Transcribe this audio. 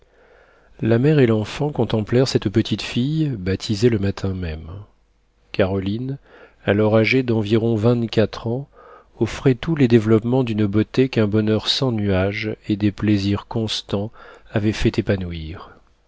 la mère et l'enfant contemplèrent cette petite fille baptisée le matin même caroline alors âgée d'environ vingt-quatre ans offrait tous les développements d'une beauté qu'un bonheur sans nuages et des plaisirs constants avaient fait épanouir